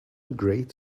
great